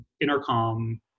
Intercom